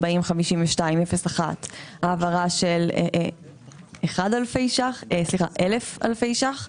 40-52-01 העברה של 1,000 אלפי ש"ח.